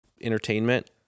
entertainment